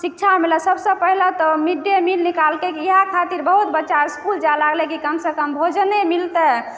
शिक्षा मिलै तऽ सबसँ पहिने तऽ मिड डे मिल निकाललकै जे एहि दुआरे बहुत बच्चा इसकुल जाइ लागलै जे कम सँ कम भोजने मिलतै